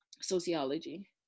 Sociology